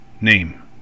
name